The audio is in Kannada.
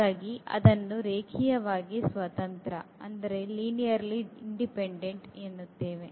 ಹಾಗಾಗಿ ಅದನ್ನು ರೇಖೀಯವಾಗಿ ಸ್ವತಂತ್ರ ಎನ್ನುತ್ತೇವೆ